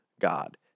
God